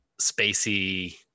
spacey